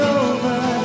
over